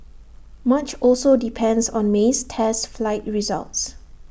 much also depends on May's test flight results